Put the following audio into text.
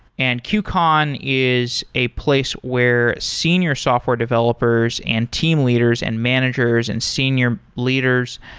and qcon is a place where senior software developers and team leaders and managers and senior leaders,